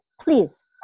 please